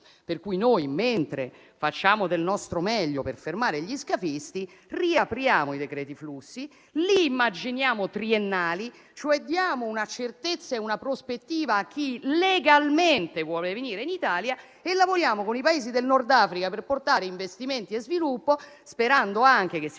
Noi, quindi, mentre facciamo del nostro meglio per fermare gli scafisti, riapriamo i decreti flussi, li immaginiamo triennali, cioè diamo una certezza e una prospettiva a chi vuole venire in Italia legalmente, e lavoriamo con i Paesi del Nord Africa per portare investimenti e sviluppo, sperando anche che si